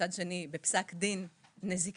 ומצד שני בפסק דין נזיקי